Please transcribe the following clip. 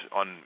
on